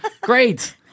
Great